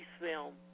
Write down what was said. film